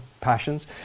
passions